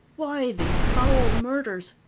why these foul murders?